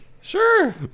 Sure